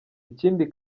ikindi